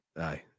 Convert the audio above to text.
Aye